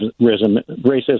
racism